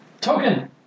Token